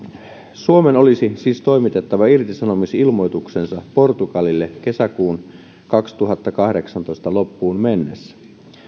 suomen olisi siis toimitettava irtisanomisilmoituksensa portugalille kesäkuun kaksituhattakahdeksantoista loppuun mennessä